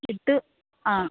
വിത്ത് ആ